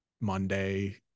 Monday